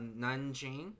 Nanjing